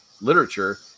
literature